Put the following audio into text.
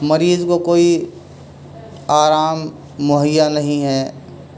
مریض کو کوئی آرام مہیا نہیں ہے